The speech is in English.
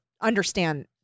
understand